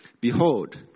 Behold